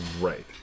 Right